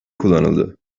kullanıldı